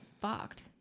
fucked